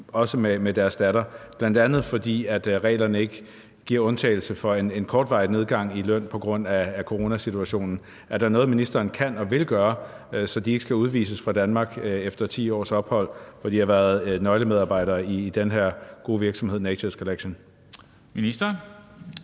også med deres datter, bl.a. fordi reglerne ikke giver undtagelse for en kortvarig nedgang i lønnen på grund af coronasituationen. Er der noget, ministeren kan og vil gøre, så de ikke skal udvises fra Danmark efter 10 års ophold, hvor de har været nøglemedarbejdere i den her gode virksomhed, nemlig i NATURES Collection?